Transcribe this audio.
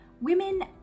women